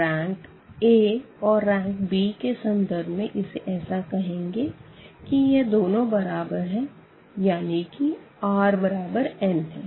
RankA और Rankb के सन्दर्भ इसे ऐसा कहेंगे कि यह दोनों बराबर है यानि कि r बराबर n है